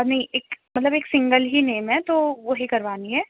नहीं एक मतलब एक सिंगल ही नेम है तो वही करवानी है